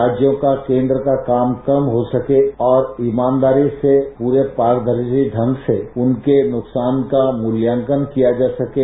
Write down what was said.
राज्यों का केन्द्र का काम कम हो सकें और ईमानदारी से पूरे पारदर्शी ढंग से उनके नुकसान का मूल्यांकन किया जा सकें